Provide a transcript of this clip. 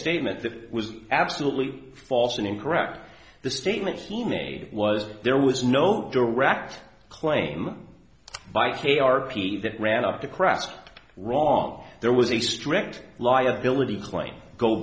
statement that was absolutely false and incorrect the statement he made was that there was no direct claim by k r p that ran up the craft wrong there was a strict liability claim go